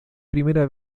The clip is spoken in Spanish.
primera